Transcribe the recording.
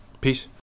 peace